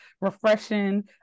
refreshing